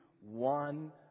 one